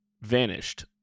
Vanished